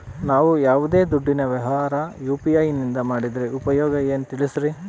ನಾವು ಯಾವ್ದೇ ದುಡ್ಡಿನ ವ್ಯವಹಾರ ಯು.ಪಿ.ಐ ನಿಂದ ಮಾಡಿದ್ರೆ ಉಪಯೋಗ ಏನು ತಿಳಿಸ್ರಿ?